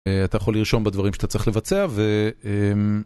אתה יכול לרשום בדברים שאתה צריך לבצע.